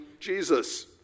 Jesus